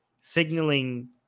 signaling